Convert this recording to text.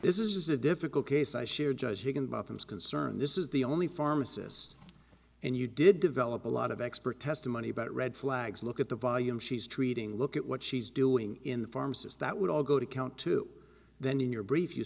c s this is a difficult case i share judge higginbotham is concerned this is the only pharmacist and you did develop a lot of expert testimony about red flags look at the volume she's treating look at what she's doing in the pharmacist that would all go to count two then in your brief you